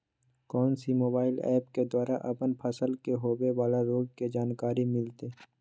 कौन सी mobile app के द्वारा अपन फसल के होबे बाला रोग के जानकारी मिलताय?